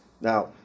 Now